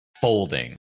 folding